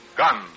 gun